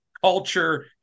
culture